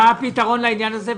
הפתרון לעניין הזה.